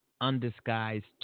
undisguised